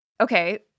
Okay